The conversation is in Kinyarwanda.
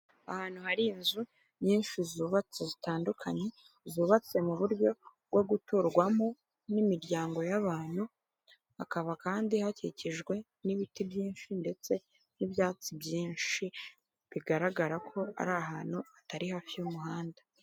Ahantu hari inzu nyinshi zubatswe zitandukanye, zubatse mu buryo bwo guturwamo n'imiryango y'abantu hakaba kandi hakikijwe n'ibiti byinshi ndetse n'ibyatsi byinshi bigaragara ko ari ahantu hatari hafi y'umuhanda